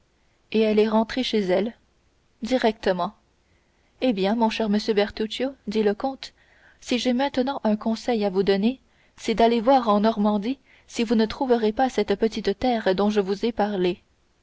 et elle est rentrée chez elle directement eh bien mon cher monsieur bertuccio dit le comte si j'ai maintenant un conseil à vous donner c'est d'aller voir en normandie si vous ne trouverez pas cette petite terre dont je vous ai parlée